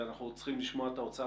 ואנחנו צריכים עוד לשמוע את האוצר